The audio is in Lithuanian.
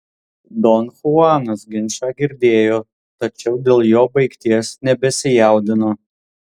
don chuanas ginčą girdėjo tačiau dėl jo baigties nebesijaudino